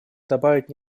добавить